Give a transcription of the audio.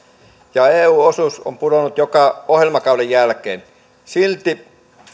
ja eun osuus on pudonnut joka ohjelmakauden jälkeen silti